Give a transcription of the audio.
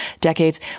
decades